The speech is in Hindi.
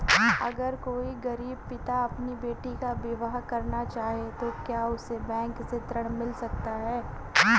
अगर कोई गरीब पिता अपनी बेटी का विवाह करना चाहे तो क्या उसे बैंक से ऋण मिल सकता है?